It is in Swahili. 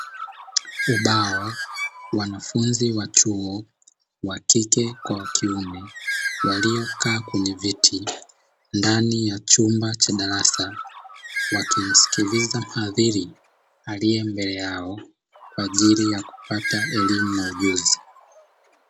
Ubao wa wanafunzi wa chuo, wa kike kwa wa kiume waliokaa, kwenye viti ndani ya chumba cha darasa. Wakimsikiliza mhadhiri aliye mbele yao kwa ajili ya kupata elimu na ujuzi.